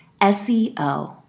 SEO